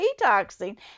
detoxing